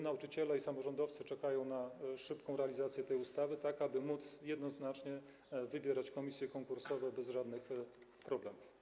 Nauczyciele i samorządowcy czekają na szybką realizację tej ustawy, tak aby móc jednoznacznie wybierać komisje konkursowe bez żadnych problemów.